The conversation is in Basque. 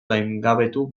gaingabetu